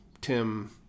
Tim